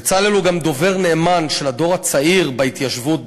בצלאל הוא גם דובר נאמן של הדור הצעיר בהתיישבות,